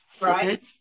right